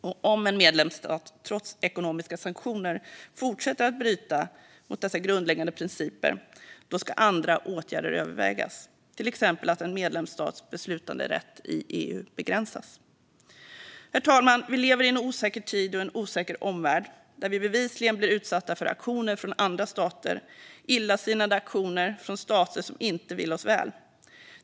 Och om en medlemsstat trots ekonomiska sanktioner fortsätter att bryta mot dessa grundläggande principer ska andra åtgärder övervägas, till exempel att en medlemsstats beslutanderätt i EU begränsas. Herr talman! Vi lever i en osäker tid och i en osäker omvärld, där vi bevisligen blir utsatta för aktioner från andra stater, illasinnade aktioner från stater som inte vill oss väl.